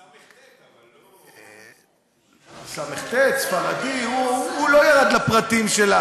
ס"ט, אבל לא, ס"ט, ספרדי, הוא לא ירד לפרטים של,